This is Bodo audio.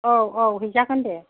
औ औ हैजागोन दे